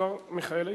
השר מיכאל איתן.